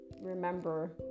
remember